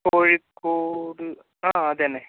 കോഴിക്കോട് ആ അതുതന്നെ